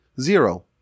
zero